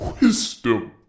wisdom